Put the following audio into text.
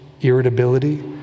irritability